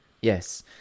yes